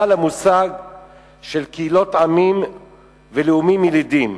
של המושג קהילות עמים ולאומים ילידים.